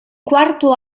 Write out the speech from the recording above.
quarto